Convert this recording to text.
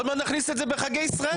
עוד מעט נכניס את זה בחגי ישראל.